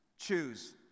Choose